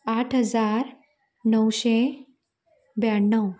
आठ हजार णवशीं ब्याण्णव